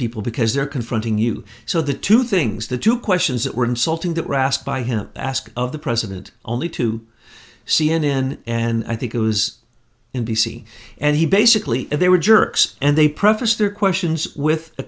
people because they're confronting you so the two things the two questions that were insulting that ross by him ask of the president only to c n n and i think it was in the city and he basically they were jerks and they preface their questions with